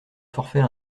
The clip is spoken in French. forfait